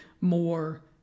more